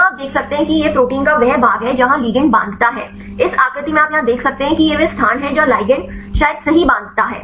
यहाँ आप देख सकते हैं कि यह प्रोटीन का वह भाग है जहाँ लिगैंड बाँधता है इस आकृति में आप यहाँ देख सकते हैं कि यह वह स्थान है जहाँ लिगैंड शायद सही बाँध सकता है